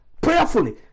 prayerfully